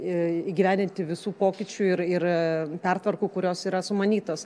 įgyvendinti visų pokyčių ir ir pertvarkų kurios yra sumanytos